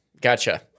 Gotcha